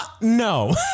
no